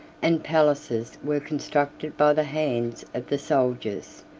and palaces were constructed by the hands of the soldiers,